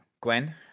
gwen